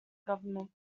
government